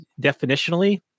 definitionally